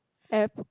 App